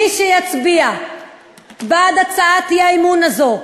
מי שיצביע בעד הצעת האי-אמון הזאת,